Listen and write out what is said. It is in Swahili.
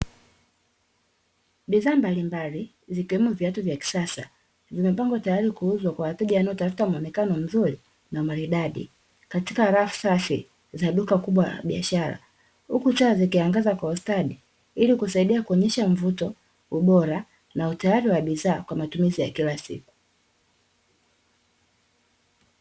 Bidhaa mbalimbali zikiwemo viatu vya kisasa vimepangwa tayari kuuzwa kwa wateja wanaotafuta mwonekano mzuri na maridadi katika rafu safi za duka kubwa la biashara huku taa zikiangaza kwa ustadi ili kusaidia kuonyesha ubora na utayari wa bidhaa kwa matumizi ya kila siku.